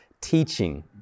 teaching